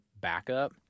backup